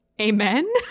Amen